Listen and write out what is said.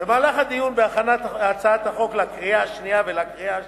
במהלך הדיון להכנת הצעת החוק לקריאה השנייה ולקריאה השלישית,